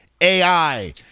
AI